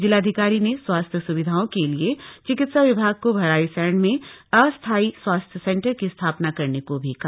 जिलाधिकारी ने स्वास्थ्य स्विधाओं के लिए चिकित्सा विभाग को भराड़ीसैंण में अस्थायी स्वास्थ्य सेंन्टर की स्थापना करने को भी कहा